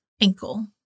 ankle